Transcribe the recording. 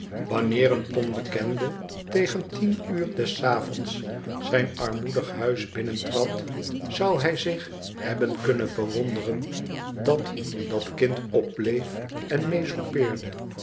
wanneer een onbekende tegen tien uur des avonds zijn armoedig huis binnentrad zou hij zich hebben kunnen verwonderen dat dat kind opbleef en